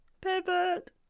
pivot